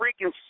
freaking